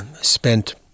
spent